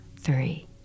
three